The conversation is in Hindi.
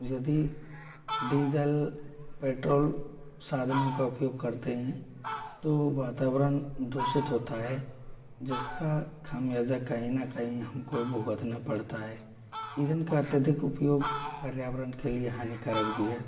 यदि डीजल पेट्रोल साधनों का उपयोग करते हैं तो वातावरण दूषित होता है जिसका खामियाजा कहीं ना कहीं हमको भुगतना पड़ता है ईधन का अत्यधिक उपयोग पर्यावरण के लिए हानिकारक भी है